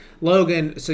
Logan